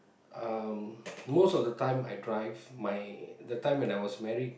um most of the time I drive my the time when I was married